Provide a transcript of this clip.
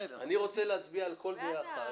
אני רוצה להצביע על הכול ביחד.